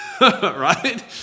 Right